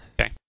Okay